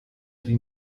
die